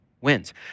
wins